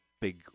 big